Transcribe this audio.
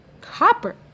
Copper